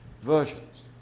versions